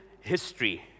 history